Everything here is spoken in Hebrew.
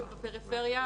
בפריפריה,